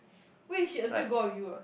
wait she agree go out with you ah